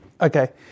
Okay